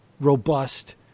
robust